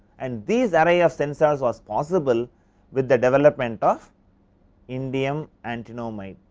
and these arrays of sensor was was possible with the development of indium antinomide.